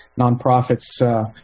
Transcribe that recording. nonprofits